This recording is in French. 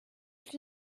plus